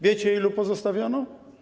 Wiecie, ilu pozostawiono?